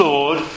Lord